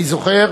אני זוכר